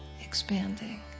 expanding